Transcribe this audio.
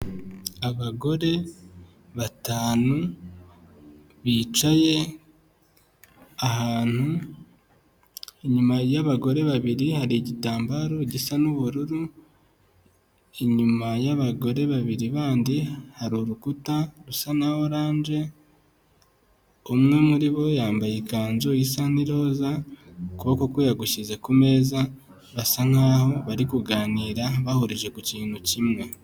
Abagore batanu bicaye ahantu, inyuma y'abagore babiri hari igitambaro gisa n'ubururu, inyuma y'abagore babiri bandi hari urukuta rusa na Orange, umwe muri bo yambaye ikanzu isa n'iroza, ukuboko kwe yagushyize ku meza basa nk'aho bari kuganira bahurije ku kintu kimwe.